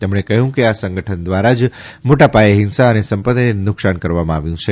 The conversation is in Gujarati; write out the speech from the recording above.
તેમણે કહ્યું કે આ સંગઠન દ્વારા જ મોટા પાયે હિંસા તથા સંપતિને નુકસાન કરવામાં આવ્યું છે